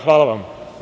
Hvala vam.